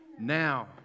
now